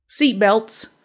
seatbelts